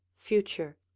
future